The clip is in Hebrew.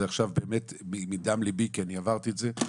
עכשיו באמת מדם ליבי כי אני עברתי את זה.